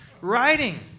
writing